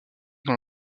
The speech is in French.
dans